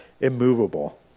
immovable